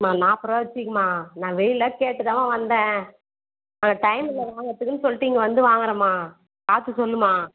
மா நாற்பதுருவா வச்சுக்கமா நான் வெளிலலாம் கேட்டு தான்மா வந்தேன் அங்கே டைம் இல்லை வாங்கறதுக்குணு சொல்லிட்டு இங்கே வந்து வாங்குறேன்மா பார்த்து சொல்லுமா